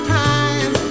time